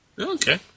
okay